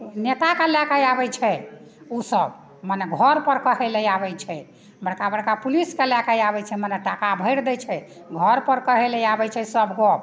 नेताके लए कऽ आबै छै ओसब मने घर पर कहै लए आबै छै बड़का बड़का पुलिसके लए कऽ आबै छै मने टाका भैरि दै छै घर पर कहैलए आबै छै सब गप ओ